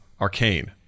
Arcane